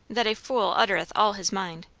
that a fool uttereth all his mind.